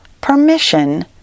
permission